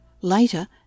Later